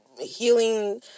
healing